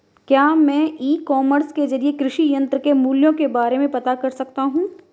क्या मैं e commerce के ज़रिए कृषि यंत्र के मूल्य के बारे में पता कर सकता हूँ?